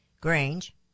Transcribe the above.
Grange